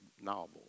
novel